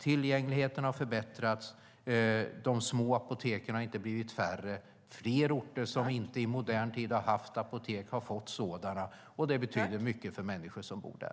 Tillgängligheten har förbättrats. De små apoteken har inte blivit färre. Fler orter som i modern tid inte har haft apotek har fått sådana. Det betyder mycket för de människor som bor där.